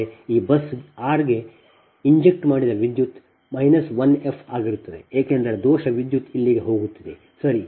ಅಂದರೆ ಈ bus r ಗೆ ಇಂಜೆಕ್ಟ್ ಮಾಡಲಾದ ವಿದ್ಯುತ್ I f ಆಗಿರುತ್ತದೆ ಏಕೆಂದರೆ ದೋಷ ವಿದ್ಯುತ್ ಇಲ್ಲಿಗೆ ಹೋಗುತ್ತಿದೆ ಸರಿ